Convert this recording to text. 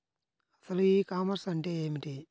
అసలు e commerce అంటే ఏమిటి?